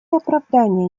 оправдания